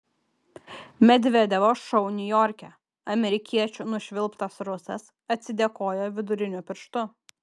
medvedevo šou niujorke amerikiečių nušvilptas rusas atsidėkojo viduriniu pirštu